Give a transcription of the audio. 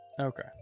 okay